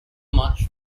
much